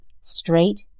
straight